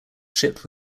shipped